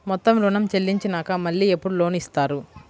మొత్తం ఋణం చెల్లించినాక మళ్ళీ ఎప్పుడు లోన్ ఇస్తారు?